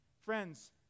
Friends